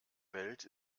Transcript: welt